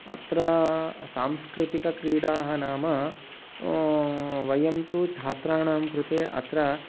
अत्र सांस्कृतिकक्रीडाः नाम वयं तु छात्राणां कृते अत्र